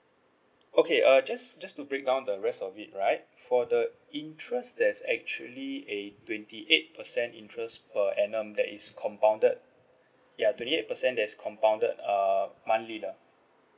okay uh just just to break down the rest of it right for the interest there's actually a twenty eight percent interest per annum that is compounded ya twenty eight percent there's compounded err monthly lah